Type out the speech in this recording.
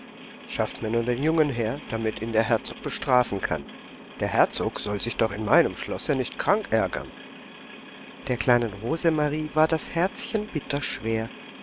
schafft mir nur den jungen her damit ihn der herzog bestrafen kann der herzog soll sich doch in meinem schlosse nicht krank ärgern der kleinen rosemarie war das herzchen bitter schwer